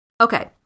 okay